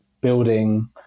building